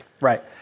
Right